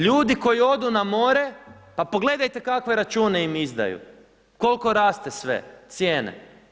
Ljudi koji odu na more, pa pogledajte kakve račune im izdaju, koliko rastu sve cijene.